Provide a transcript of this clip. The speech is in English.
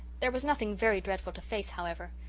there was nothing very dreadful to face, however.